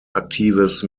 aktives